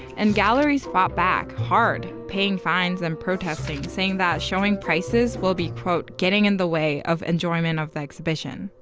and galleries fought back hard, paying fines and protesting saying that showing prices will be getting in the way of the enjoyment of the exhibition.